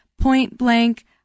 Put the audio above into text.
point-blank